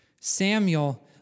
Samuel